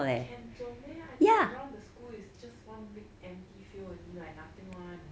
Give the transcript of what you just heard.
can 走 meh I thought around the school is just one big empty field only like nothing one